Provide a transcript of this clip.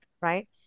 right